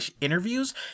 interviews